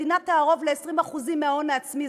שהמדינה תערוב ל-20% מההון העצמי,